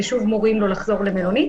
ושוב מורים לו לחזור למלונית,